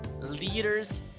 leaders